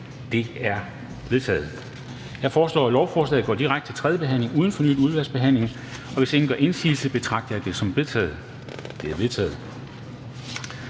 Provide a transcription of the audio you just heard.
dermed forkastet. Jeg foreslår, at lovforslaget går direkte til tredje behandling uden fornyet udvalgsbehandling. Hvis ingen gør indsigelse, betragter jeg det som vedtaget. Det er vedtaget.